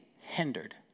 hindered